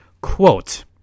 Quote